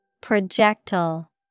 Projectile